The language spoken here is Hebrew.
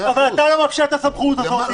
למה אתה לא מאפשר להם את הסמכות הזאת?